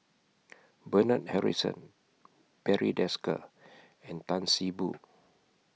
Bernard Harrison Barry Desker and Tan See Boo